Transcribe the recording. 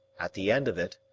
at the end of it,